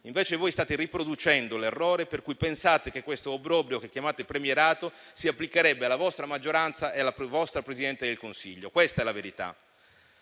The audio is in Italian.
Invece voi state riproducendo l'errore per cui pensate che questo obbrobrio, che chiamate premierato, si applicherebbe solo alla vostra maggioranza e alla vostra Presidente del Consiglio. Questa è la verità.